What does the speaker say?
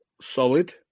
solid